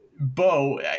Bo